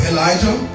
Elijah